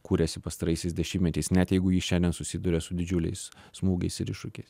kūrėsi pastaraisiais dešimtmečiais net jeigu ji šiandien susiduria su didžiuliais smūgiais ir iššūkiais